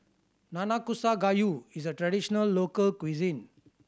Nanakusa Gayu is a traditional local cuisine